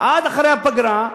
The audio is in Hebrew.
עד אחרי הפגרה,